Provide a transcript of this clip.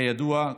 כידוע,